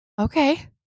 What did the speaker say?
okay